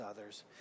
others